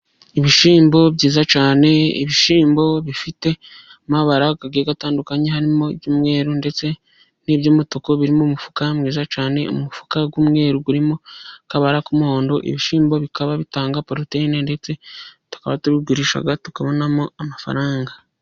Ibishyimbo byiza cyane, ibishyimbo bifite amabara agiye atandukanye, harimo iby'umweru ndetse n'iby'umutuku, biri mu mufuka mwiza cyane, umufuka w'umweru urimo akabara k'umuhondo. Ibishyimbo bikaba bitanga poroteyine, ndetse tukaba tubigurisha tukabonamo amafaranga.